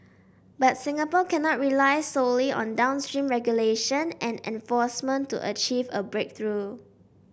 but Singapore cannot rely solely on downstream regulation and enforcement to achieve a breakthrough